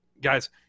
guys